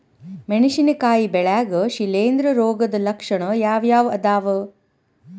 ಮೆಣಸಿನಕಾಯಿ ಬೆಳ್ಯಾಗ್ ಶಿಲೇಂಧ್ರ ರೋಗದ ಲಕ್ಷಣ ಯಾವ್ಯಾವ್ ಅದಾವ್?